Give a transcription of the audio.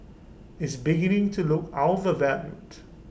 is beginning to look overvalued